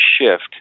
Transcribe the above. shift